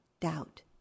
doubt